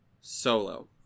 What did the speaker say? solo